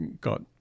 got